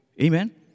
Amen